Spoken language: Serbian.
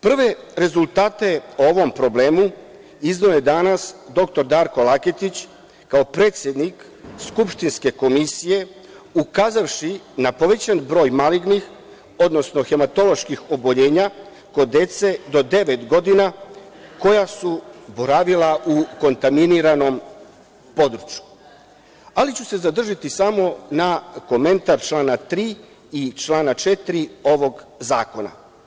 Prve rezultate o ovom problemu izneo je danas dr Darko Laketić, kao predsednik skupštinske Komisije, ukazavši na povećan broj malignih, odnosno hematoloških oboljenja kod dece do devet godina koja su boravila u kontaminiranom području, ali ću se zadržati samo na komentar člana 3. i člana 4. ovog zakona.